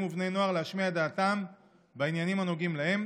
ובני נוער להשמיע את דעתם בעניינים הנוגעים להם